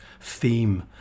theme